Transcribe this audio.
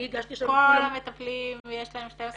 אני הגשתי עכשיו -- כל המטפלים יש להם 12 שנות לימוד?